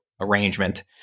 arrangement